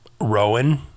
Rowan